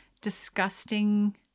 disgusting